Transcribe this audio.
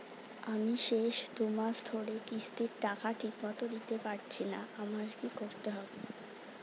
আমি শেষ দুমাস ধরে কিস্তির টাকা ঠিকমতো দিতে পারছিনা আমার কি করতে হবে?